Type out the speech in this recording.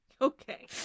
Okay